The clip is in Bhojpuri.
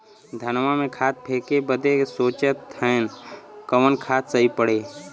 धनवा में खाद फेंके बदे सोचत हैन कवन खाद सही पड़े?